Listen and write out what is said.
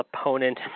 opponent